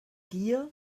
gier